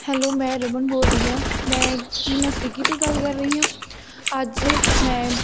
hello ਮੈਂ ਰਮਨ ਬੋਲ ਰਹੀ ਹਾਂ ਮੈਂ ਕੀ ਮੈਂ ਸਵਿਗੀ 'ਤੇ ਗੱਲ ਕਰ ਰਹੀ ਹਾਂ ਅੱਜ ਮੈਂ